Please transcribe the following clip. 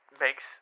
makes